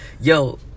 Yo